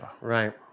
Right